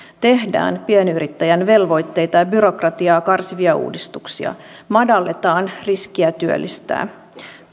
tehdään pienyrittäjän velvoitteita ja byrokratiaa karsivia uudistuksia madalletaan riskiä työllistää